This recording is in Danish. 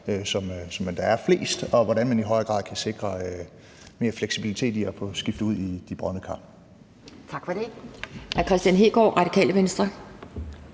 som der er flest af, og hvordan man i højere grad kan sikre mere fleksibilitet i at få skiftet ud i de brodne kar.